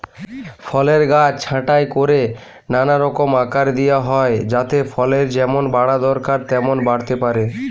ফলের গাছ ছাঁটাই কোরে নানা রকম আকার দিয়া হয় যাতে ফলের যেমন বাড়া দরকার তেমন বাড়তে পারে